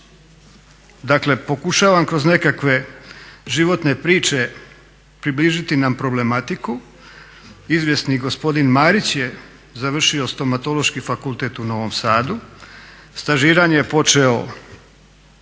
dakle pokušavam kroz nekakve životne priče približiti nam problematiku. Izvjesni gospodin Marić je završio stomatološki fakultet u Novom Sadu, stažiranje je počeo